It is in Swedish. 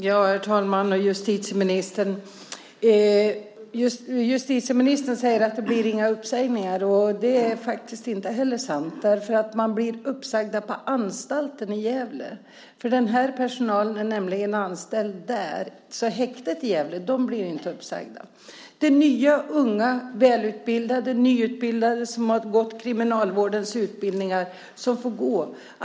Herr talman! Justitieministern säger att det inte blir några uppsägningar. Det är faktiskt inte sant. Man blir uppsagd på anstalten i Gävle. Den här personalen är anställd där. De på häktet i Gävle blir inte uppsagda. Det är unga nyutbildade och välutbildade som har gått kriminalvårdens utbildningar som får gå.